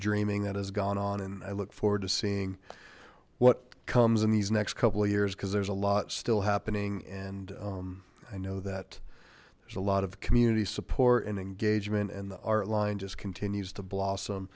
dreaming that has gone on and i look forward to seeing what comes in these next couple of years because there's a lot still happening and i know that there's a lot of community support and engagement and the art line just continues to blossom